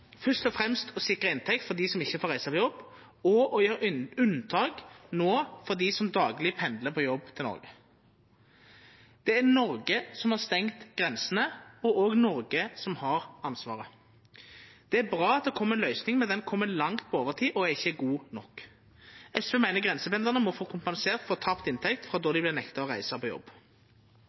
fyrst og fremst å sikra inntekt for dei som ikkje får reisa på jobb, og å gjera unntak for dei som dagleg pendlar til jobb i Noreg. Det er Noreg som har stengt grensene, og det er Noreg som har ansvaret. Det er bra at det kjem ei løysing, men ho kjem langt på overtid og er ikkje god nok. SV meiner grensependlarane må få kompensert for tapt inntekt frå då dei vert nekta å reisa på jobb.